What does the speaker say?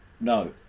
No